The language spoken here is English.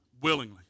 willingly